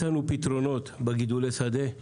מצאנו פתרונות בגידולי שדה.